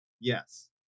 Yes